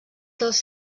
dels